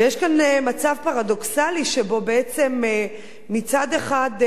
ויש כאן מצב פרדוקסלי שבו בעצם מצד אחד,